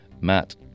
Matt